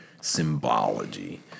Symbology